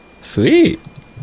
Sweet